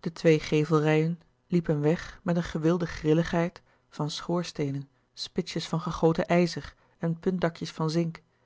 de twee gevelrijen liepen weg met een gewilde grilligheid van schoorsteenen spitsjes van gegoten ijzer en puntdakjes van zink